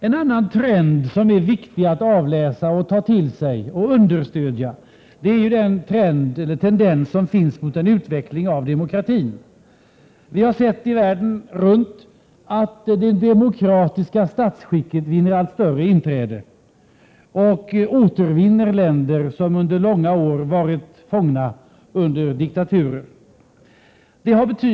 En annan trend som är viktig att avläsa och understödja är den tendens som finns mot en utveckling av demokratin. Vi har sett runt om i världen att det demokratiska statsskicket vinner allt större utbredning — och återvinner länder som under långa år varit fångna under diktaturer.